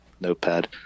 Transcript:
notepad